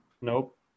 Nope